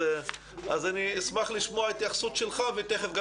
אז אני אשמח לשמוע התייחסות שלך ותיכף גם